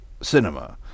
cinema